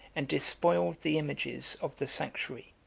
and despoiled the images, of the sanctuary,